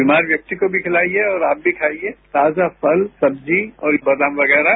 बीमार व्यक्ति को भी खिलाइए और आप भी खाइए ताजा फल सब्जी और बादाम वगैरह